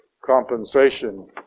compensation